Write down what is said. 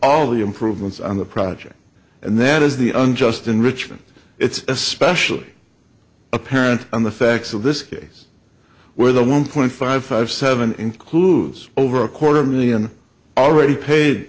all the improvements on the project and that is the unjust enrichment it's especially apparent on the facts of this case where the one point five five seven includes over a quarter million already paid